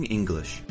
English